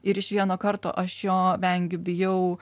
ir iš vieno karto aš jo vengiu bijau